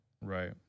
Right